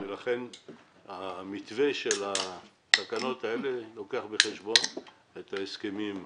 לכן, המתווה של התקנות לוקח בחשבון את ההסכם הנ"ל.